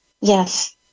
Yes